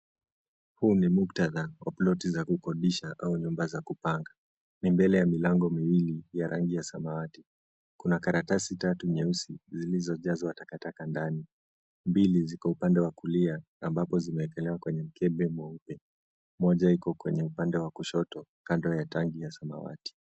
Huu ni muktadha wa ploti za kukodisha au nyumba za kupanga. Ni mbele ya milango miwili ya rangi ya samawati. Kuna karatasi tatu nyeusi zilizojazwa takataka ndani. Mbili ziko upande wa kulia, ambapo zimeekelewa kwenye mkebe mweupe. Moja iko kwenye upande wa kushoto, kando ya tangi ya samawati.